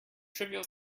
trivial